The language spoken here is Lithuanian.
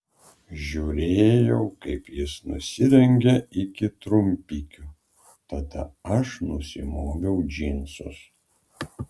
žiūrėjau kaip jis nusirengia iki trumpikių tada aš nusimoviau džinsus